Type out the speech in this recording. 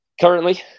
Currently